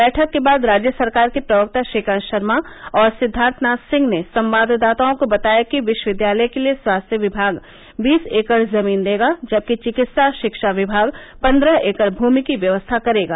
बैठक के बाद राज्य सरकार के प्रवक्ता श्रीकान्त शर्मा और सिद्दार्थनाथ सिंह ने संवाददाताओं को बताया कि विश्वविद्यालय के लिये स्वास्थ्य विभाग बीस एकड़ जमीन देगा जबकि चिकित्सा शिक्षा विभाग पन्द्रह एकड़ भूमि की व्यवस्था करेगा